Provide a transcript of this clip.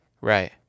right